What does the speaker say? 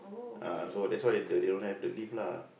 uh so that's why they don't have the lift lah